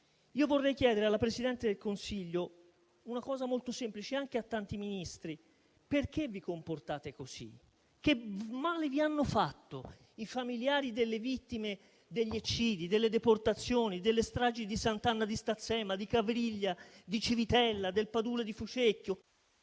Vorrei chiedere alla Presidente del Consiglio e anche a tanti Ministri una cosa molto semplice: perché vi comportate così? Che male vi hanno fatto i familiari delle vittime degli eccidi, delle deportazioni e delle stragi di Sant'Anna di Stazzema, di Cavriglia, di Civitella, del Padule di Fucecchio...